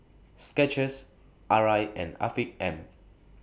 Skechers Arai and Afiq M